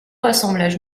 assemblage